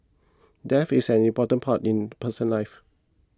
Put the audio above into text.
death is an important part in person's life